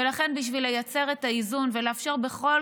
ולכן בשביל לייצר את האיזון ולאפשר בכל